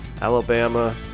Alabama